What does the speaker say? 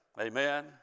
Amen